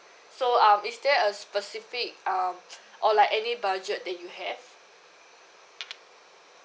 so um is there a specific um or like any budget that you had